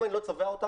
אם אני לא צובע אותם,